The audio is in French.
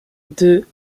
deux